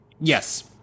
Yes